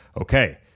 Okay